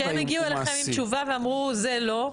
כשהם הגיעו אליכם עם תשובה ואמרו זה לא,